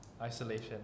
isolation